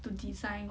to design